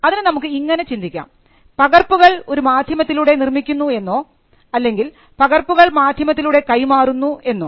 അതിനു നമുക്ക് ഇങ്ങനെ ചിന്തിക്കാം പകർപ്പുകൾ ഒരു മാധ്യമത്തിലൂടെ നിർമിക്കുന്നു എന്നോ അല്ലെങ്കിൽ പകർപ്പുകൾ മാധ്യമത്തിലൂടെ കൈമാറുന്നു എന്നോ